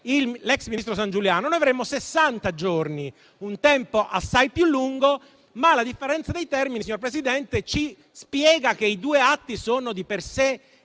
l'ex ministro Sangiuliano, noi avremmo sessanta giorni, un tempo assai più lungo. La differenza dei termini, signor Presidente, ci spiega che i due atti sono di per sé